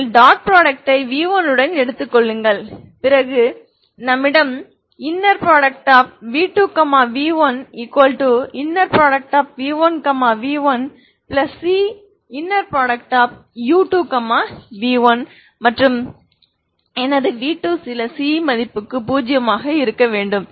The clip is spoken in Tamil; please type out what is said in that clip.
நீங்கள் டாட் ப்ராடக்ட் ஐ v1 உடன் எடுத்துக் கொள்ளுங்கள் பிறகு என்னிடம் v2 v1 v1 v1cu2 v1 மற்றும் எனது v2 சில c மதிப்புக்கு பூஜ்ஜியமாக இருக்க வேண்டும்